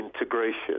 integration